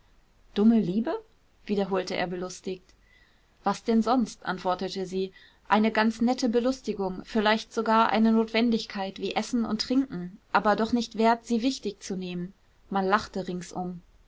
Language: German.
dumme liebe wiederholte er belustigt was denn sonst antwortete sie eine ganz nette belustigung vielleicht sogar eine notwendigkeit wie essen und trinken aber doch nicht wert sie wichtig zu nehmen man lachte ringsum